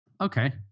Okay